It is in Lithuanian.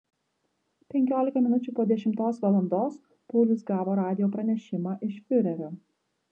penkiolika minučių po dešimtos valandos paulius gavo radijo pranešimą iš fiurerio